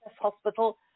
hospital